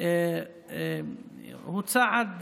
היא צעד